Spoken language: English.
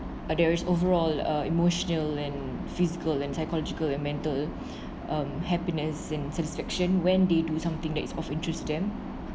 there is overall a emotional and physical and psychological and mental um happiness and satisfaction when they do something that is of interest to them